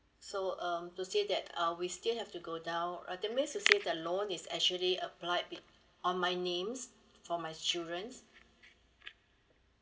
so um to say that uh we still have to go down uh that means to say that loan is actually apply it on my names for my children